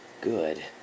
good